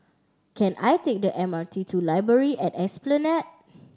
can I take the M R T to Library at Esplanade